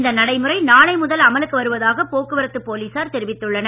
இந்த நடைமுறை நாளை முதல் அமலுக்கு வருவதாக போக்குவரத்து போலீசார் தெரிவித்துள்ளனர்